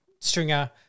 Stringer